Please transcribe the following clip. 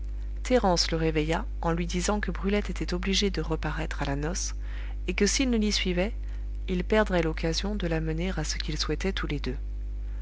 thérence le réveilla en lui disant que brulette était obligée de reparaître à la noce et que s'il ne l'y suivait il perdrait l'occasion de l'amener à ce qu'ils souhaitaient tous les deux